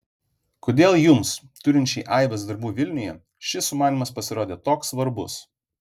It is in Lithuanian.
kodėl jums turinčiai aibes darbų vilniuje šis sumanymas pasirodė toks svarbus